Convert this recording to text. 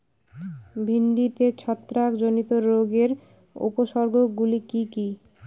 ভিন্ডিতে ছত্রাক জনিত রোগের উপসর্গ গুলি কি কী?